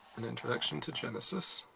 an introduction to genesis.